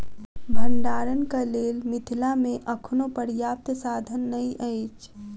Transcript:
भंडारणक लेल मिथिला मे अखनो पर्याप्त साधन नै अछि